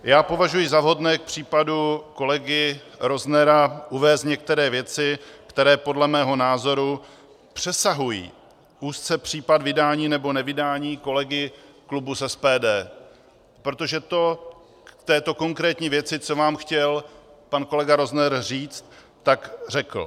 Já považuji za vhodné k případu kolegy Roznera uvést některé věci, které podle mého názoru přesahují úzce případ vydání nebo nevydání kolegy klubu z SPD, protože to v této konkrétní věci, co vám chtěl pan kolegy Rozner říci, tak řekl.